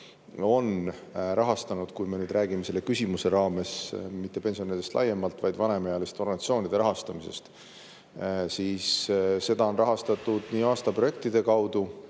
on rahastanud, kui me nüüd räägime selle küsimuse raames mitte pensionäridest laiemalt, vaid vanemaealiste organisatsioonide rahastamisest, siis seda on rahastatud nii aastaprojektide kaudu,